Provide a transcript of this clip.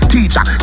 Teacher